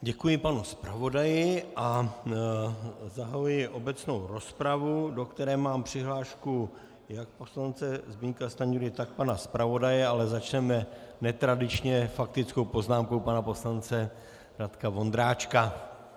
Děkuji panu zpravodaji, a zahajuji obecnou rozpravu, do které mám přihlášku jak poslance Zbyňka Stanjury, tak pana zpravodaje, ale začneme netradičně, faktickou poznámkou pana poslance Radka Vondráčka.